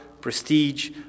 prestige